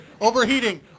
Overheating